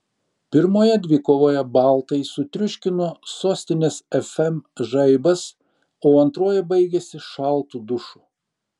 pirmoje dvikovoje baltai sutriuškino sostinės fm žaibas o antroji baigėsi šaltu dušu